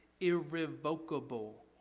irrevocable